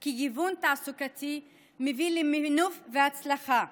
כי גיוון תעסוקתי מביא למינוף ולהצלחה.